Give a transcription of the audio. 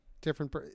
different